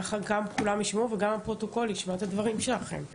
ככה גם כולם ישמעו וגם הפרוטוקול ישמע את הדברים שלכם.